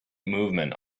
movement